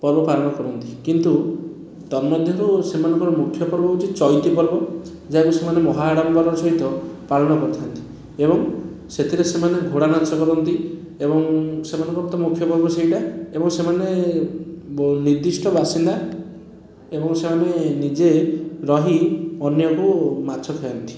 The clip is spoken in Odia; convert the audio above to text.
ପର୍ବ ପାଳନ କରନ୍ତି କିନ୍ତୁ ତନ୍ମଧରୁ ସେମାଙ୍କର ମୁଖ୍ୟ ପର୍ବ ହେଉଛି ଚଇତି ପର୍ବ ଯାହା କି ସେମାନେ ମହାଆଡ଼ମ୍ବର ସହିତ ପାଳନ କରିଥାନ୍ତି ଏବଂ ସେଥିରେ ସେମାନେ ଘୋଡ଼ାନାଚ କରନ୍ତି ଏବଂ ସେମାନଙ୍କର ତ ମୁଖ୍ୟପର୍ବ ତ ସେଇଟା ଏବଂ ସେମାନେ ନିର୍ଦ୍ଦିଷ୍ଟ ବାସିନ୍ଦା ଏବଂ ସେମାନେ ନିଜେ ରହି ଅନ୍ୟକୁ ମାଛ ଖୁଆନ୍ତି